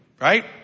Right